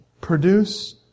Produce